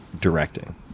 directing